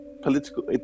political